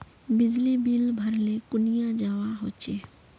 बिजली बिल भरले कुनियाँ जवा होचे?